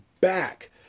back